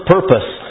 Purpose